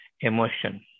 emotion